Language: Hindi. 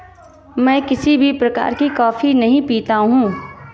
मैं किसी भी प्रकार की कॉफी नहीं पीता हूँ